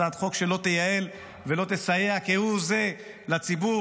הצעת חוק שלא תייעל ולא תסייע כהוא זה לציבור,